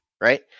Right